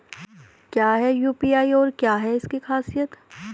क्या है यू.पी.आई और क्या है इसकी खासियत?